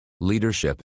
Leadership